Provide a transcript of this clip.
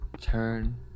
turn